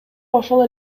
ошол